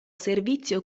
servizio